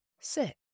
Sit